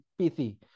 PC